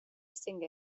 singer